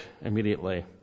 immediately